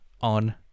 on